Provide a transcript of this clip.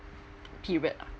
period